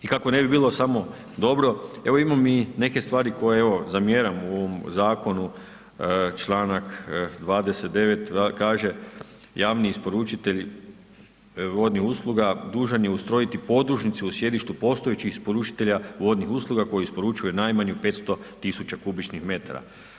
I kako ne bi bilo samo dobro, evo imam i neke stvari koje evo zamjeram u ovom zakonu, članak 29. kaže javni isporučitelji vodnih usluga dužan je ustrojiti podružnicu u sjedištu postojećih isporučitelja vodnih usluga koji isporučuje najmanje 500 tisuća kubičnih metara.